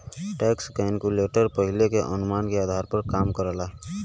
tax calculator पहिले के अनुमान के आधार पर काम करला